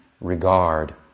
regard